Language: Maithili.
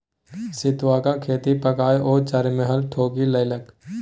सितुआक खेती ककए ओ चारिमहला ठोकि लेलकै